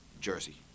Jersey